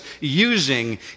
using